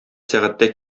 сәгатьтә